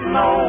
no